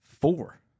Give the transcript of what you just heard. four